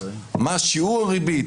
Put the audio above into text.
מה שיעור הריבית,